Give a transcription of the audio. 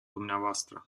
dumneavoastră